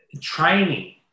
training